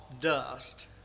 dust